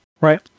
right